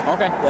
Okay